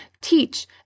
teach